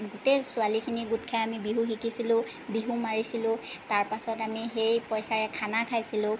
গোটেই ছোৱালীখিনি গোট খাই আমি বিহু শিকিছিলোঁ বিহু মাৰিছিলোঁ তাৰ পাছত আমি সেই পইচাৰে খানা খাইছিলোঁ